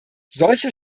solche